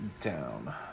down